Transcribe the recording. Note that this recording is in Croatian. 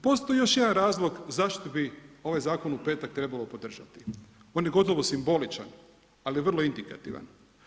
Postoji još jedan razlog zašto bi ovaj zakon u petak trebalo podržati, on je gotovo simboličan ali vrlo indikativan.